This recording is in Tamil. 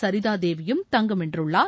சரிதா தேவி யும் தங்கம் வென்றுள்ளார்